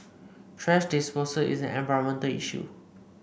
thrash disposal is an environmental issue